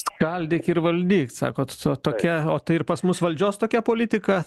skaldyk ir valdyk sakot su tokia o tai ir pas mus valdžios tokia politika